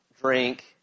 drink